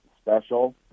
special